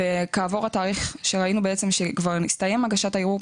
כעבור התאריך שראינו שכבר הסתיימה הגשת הערעור,